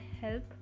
help